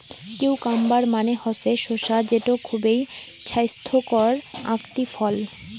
cucumber মানে হসে শসা যেটো খুবই ছাইস্থকর আকটি ফল